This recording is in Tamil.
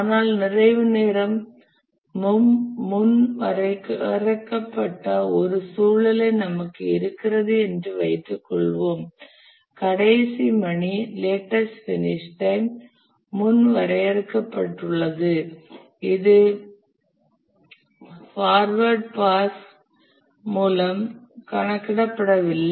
ஆனால் நிறைவு நேரமும் முன் வரையறுக்கப்பட்ட ஒரு சூழ்நிலை நமக்கு இருக்கிறது என்று வைத்துக்கொள்வோம் கடைசி பணி லேட்டஸ்ட் பினிஷ் டைம் முன் வரையறுக்கப்பட்டுள்ளது இது பார்டக்வேர்ட் பாஸ் மூலம் கணக்கிடப்படவில்லை